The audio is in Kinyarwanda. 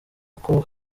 ako